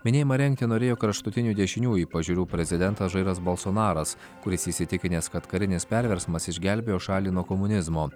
minėjimą rengti norėjo kraštutinių dešiniųjų pažiūrų prezidentas žairas bolsonaras kuris įsitikinęs kad karinis perversmas išgelbėjo šalį nuo komunizmo